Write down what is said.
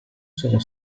sono